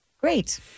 great